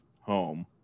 home